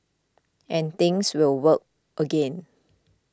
and things will work again